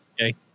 okay